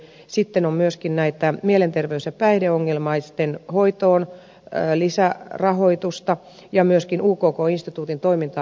sitten on myöskin mielenterveys ja päihdeongelmaisten hoitoon lisärahoitusta ja myöskin ukk instituutin toimintaan